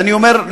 ואני אומר,